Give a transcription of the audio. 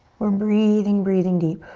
we're breathing, breathing deep.